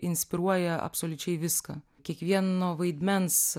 inspiruoja absoliučiai viską kiekvieno vaidmens